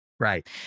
Right